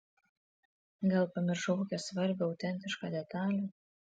gal pamiršau kokią svarbią autentišką detalę